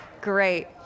great